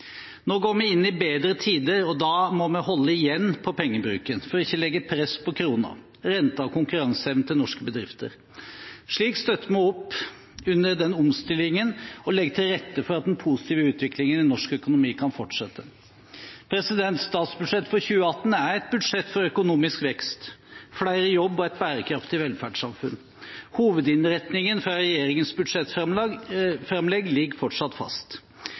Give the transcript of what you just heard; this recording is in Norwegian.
Nå går vi inn i bedre tider, og da må vi holde igjen på pengebruken for ikke å legge press på kronen, renten og konkurranseevnen til norske bedrifter. Slik støtter vi opp under omstillingen og legger til rette for at den positive utviklingen i norsk økonomi kan fortsette. Statsbudsjettet for 2018 er et budsjett for økonomisk vekst, flere i jobb og et bærekraftig velferdssamfunn. Hovedinnretningen fra regjeringens budsjettframlegg ligger fortsatt fast.